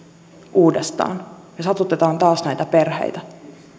uudestaan me satutamme taas näitä perheitä